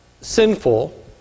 sinful